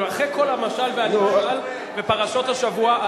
אחרי כל המשל והנמשל בפרשות השבוע,